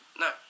No